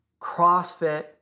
CrossFit